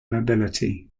mobility